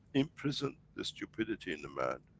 imprison the stupidity in the man,